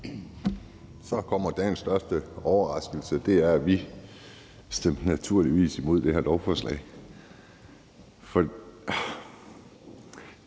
Så kommer dagens største overraskelse, og det er, at vi naturligvis stemmer imod det her lovforslag.